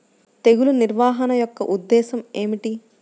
తెగులు నిర్వహణ యొక్క ఉద్దేశం ఏమిటి?